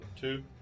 Two